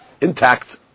intact